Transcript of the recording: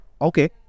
okay